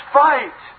fight